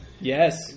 Yes